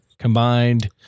Combined